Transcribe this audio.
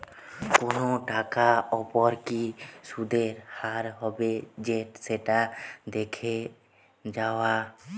কোনো টাকার ওপর কি সুধের হার হবে সেটা দেখে যাওয়া